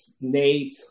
Nate